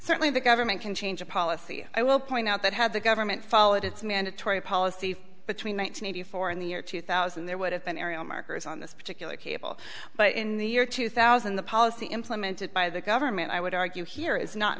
certainly the government can change a policy i will point out that had the government followed it's mandatory policy between one thousand nine hundred four and the year two thousand there would have been aerial markers on this particular cable but in the year two thousand the policy implemented by the government i would argue here is not